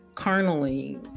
Carnally